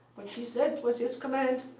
what she said was his command.